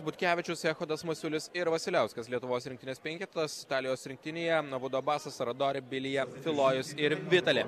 butkevičius echodas masiulis ir vasiliauskas lietuvos rinktinės penketas italijos rinktinėje abudu abasas aradori bilijard filojus ir vitali